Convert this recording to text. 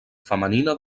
femenina